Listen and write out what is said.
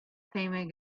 payment